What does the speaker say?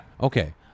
Okay